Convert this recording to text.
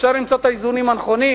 אפשר למצוא את האיזונים הנכונים.